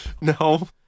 No